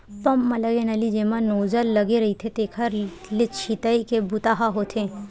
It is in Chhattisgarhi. पंप म लगे नली जेमा नोजल लगे रहिथे तेखरे ले छितई के बूता ह होथे